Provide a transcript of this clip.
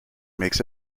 makes